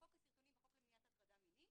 בחוק למניעת הטרדה מינית